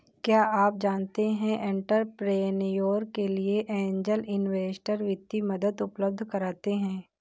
क्या आप जानते है एंटरप्रेन्योर के लिए ऐंजल इन्वेस्टर वित्तीय मदद उपलब्ध कराते हैं?